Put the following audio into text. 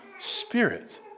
Spirit